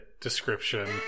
description